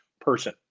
person